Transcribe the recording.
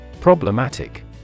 Problematic